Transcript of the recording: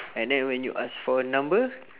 and then when you ask for her number